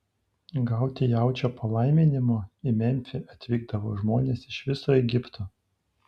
gauti jaučio palaiminimo į memfį atvykdavo žmonės iš viso egipto